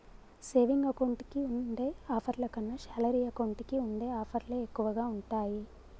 saving account కి ఉండే ఆఫర్ల కన్నా శాలరీ అకౌంట్ కి ఉండే ఆఫర్లే ఎక్కువగా ఉంటాయి